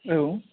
औ